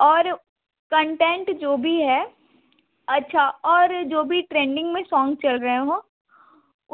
और कंटेंट जो भी है अच्छा और जो भी ट्रेंडिंग में सॉन्ग चल रहे हों